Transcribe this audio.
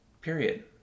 period